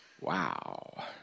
Wow